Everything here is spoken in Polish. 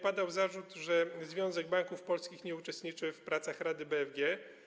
Padał zarzut, że Związek Banków Polskich nie uczestniczy w pracach Rady BFG.